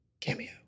Cameo